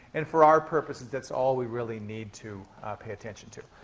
and, for our purposes, that's all we really need to pay attention to.